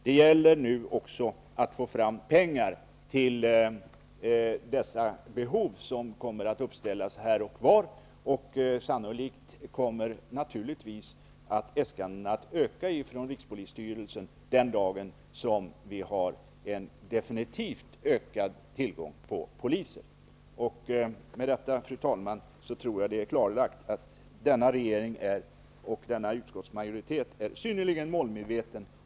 Det gäller nu att få fram pengar, så att man kan täcka de behov som kan uppstå här och var. Sannolikt kommer naturligtvis äskandena från rikspolisstyrelsen att öka den dagen som det finns en reell ökad tillgång på poliser. Fru talman! Med detta är det nog klarlagt att denna regering och utskottsmajoritet är synnerligen målmedvetna.